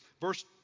Verse